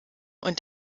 und